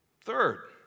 Third